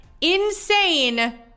insane